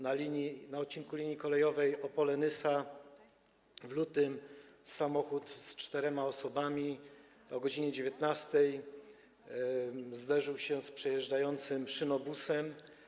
Na odcinku linii kolejowej Opole - Nysa w lutym samochód z czterema osobami o godz. 19 zderzył się z przejeżdżającym szynobusem.